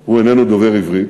שהוא איננו דובר עברית,